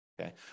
Okay